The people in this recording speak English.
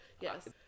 Yes